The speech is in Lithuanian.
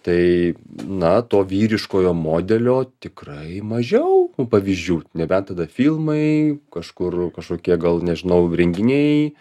tai na to vyriškojo modelio tikrai mažiau pavyzdžių nebent tada filmai kažkur kažkokie gal nežinau renginiai